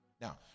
Now